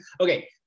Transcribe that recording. okay